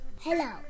Hello